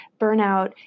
burnout